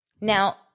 Now